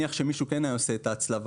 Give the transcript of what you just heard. מישהו כן היה עושה את ההצלבה.